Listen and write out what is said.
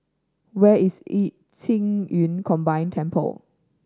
where is Qing Yun Combined Temple